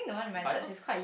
bibles